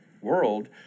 world